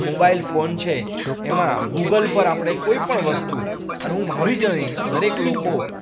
mobile phone છે એમાં Google પર આપણે કોઈપણ વસ્તુ અને હું મારી જ નહીં દરેક લોકો